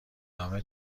نامه